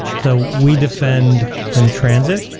so we defend in transit